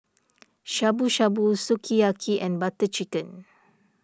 Shabu Shabu Sukiyaki and Butter Chicken